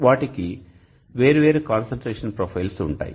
వాటికి వేర్వేరు కాన్సంట్రేషన్ ప్రొఫైల్లు ఉంటాయి